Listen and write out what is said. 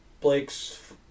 Blake's